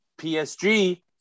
PSG